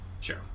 Sure